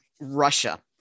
Russia